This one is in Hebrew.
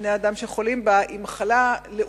זו מחלה שפוגעת בבני-האדם שחולים בה,